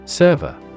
Server